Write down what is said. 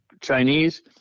Chinese